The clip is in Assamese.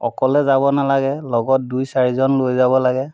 অকলে যাব নালাগে লগত দুই চাৰিজন লৈ যাব লাগে